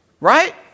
Right